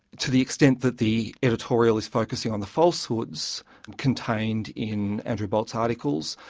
to the extent that the editorial is focusing on the falsehoods contained in andrew bolt's articles,